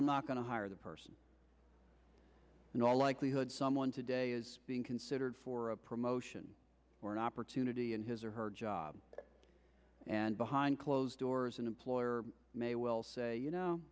i'm not going to hire the person in all likelihood someone today is being considered for a promotion or an opportunity in his or her job and behind closed doors an employer may well say you know